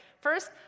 First